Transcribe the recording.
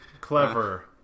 Clever